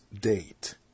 date